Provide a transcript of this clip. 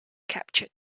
captured